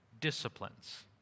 disciplines